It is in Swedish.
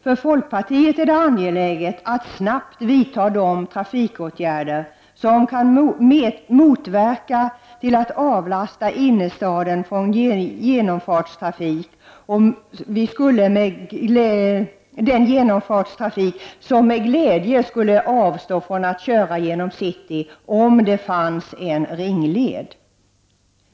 För folkpartiet är det angeläget att snabbt vidta de trafikåtgärder som kan medverka till att avlasta innerstaden från den genomfartstrafik som med glädje skulle avstå från att köra genom city om det fanns en ringled.